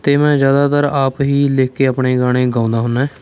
ਅਤੇ ਮੈਂ ਜ਼ਿਆਦਾਤਰ ਆਪ ਹੀ ਲਿਖ ਕੇ ਆਪਣੇ ਗਾਣੇ ਗਾਉਂਦਾ ਹੁੰਦਾ